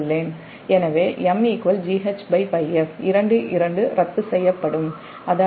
எனவேMGHπf 2 2 ரத்து செய்யப்படும் அதாவது MJ secelect radian